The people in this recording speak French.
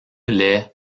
les